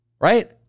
right